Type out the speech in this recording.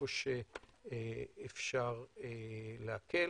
איפה שאפשר להקל.